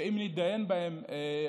שאם נתדיין עליהם,